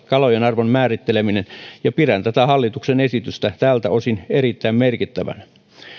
kalojen arvon määritteleminen ja pidän hallituksen esitystä tältä osin erittäin merkittävänä